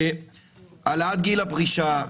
העלאת גיל הפרישה,